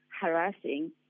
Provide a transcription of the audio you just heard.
harassing